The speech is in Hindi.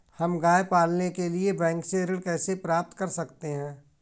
हम गाय पालने के लिए बैंक से ऋण कैसे प्राप्त कर सकते हैं?